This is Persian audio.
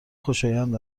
خوشایند